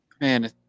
Man